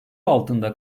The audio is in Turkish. altında